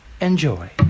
enjoy